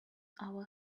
our